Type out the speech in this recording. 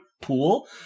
pool